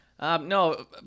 No